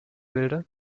bilde